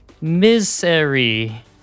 misery